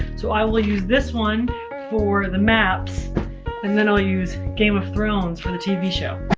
so i will use this one for the maps and then i'll use game of thrones for the tv show.